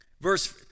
Verse